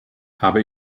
habe